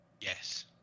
yes